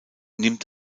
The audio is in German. nimmt